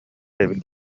эбит